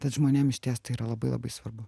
tad žmonėms išties tai yra labai labai svarbu